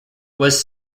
was